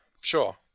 sure